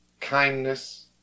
kindness